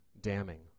damning